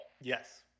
Yes